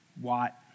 watt